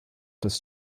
dass